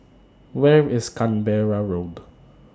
Where IS Canberra Road